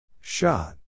Shot